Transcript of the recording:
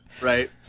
Right